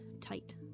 tight